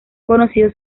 conocidos